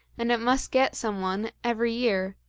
and it must get some one every year,